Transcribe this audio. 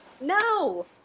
No